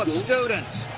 um students,